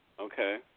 Okay